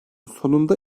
sonunda